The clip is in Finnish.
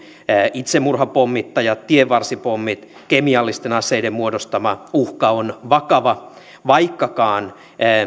itsemurhapommittajien tienvarsipommien ja kemiallisten aseiden muodostama uhka on vakava vaikkakaan